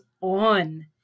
on